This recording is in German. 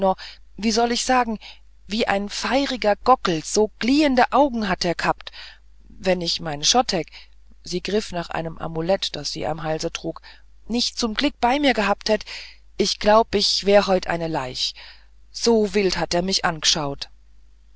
wie soll ich sagen wie ein feiriger gockel so gliehende augen hat er sich ghabt wenn ich meinen schottek sie griff nach einem amulett das sie am halse trug nicht zum glick bei mir ghabt hätt ich glaub ich wäre ich heit eine leiche so wild hat e mich angschaugt